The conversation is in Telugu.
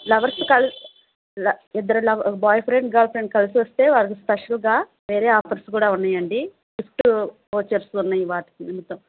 లవర్సు ఇద్దరు love boyfriend girlfriend కలిసి వస్తే వాళ్ళకు స్పెషల్గా వేరే ఆఫర్స్ కూడా ఉన్నాయండి గిఫ్ట్ వోచర్స్ ఉన్నాయి వాటికి నిమిత్తం